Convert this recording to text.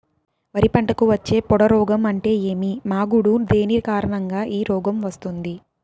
వరి పంటకు వచ్చే పొడ రోగం అంటే ఏమి? మాగుడు దేని కారణంగా ఈ రోగం వస్తుంది?